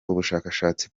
ubushakashatsi